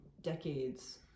decades